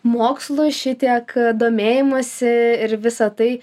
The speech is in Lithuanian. mokslui šitiek domėjimosi ir visą tai